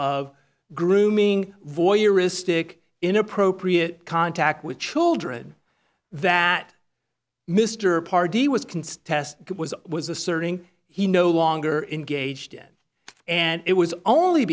of grooming voyeuristic inappropriate contact with children that mr pardee was constat was was asserting he no longer in gage then and it was only